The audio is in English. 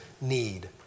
need